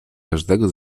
każdego